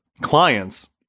clients